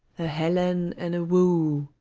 a helen and a woe!